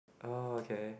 oh okay